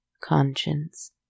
conscience